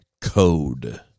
code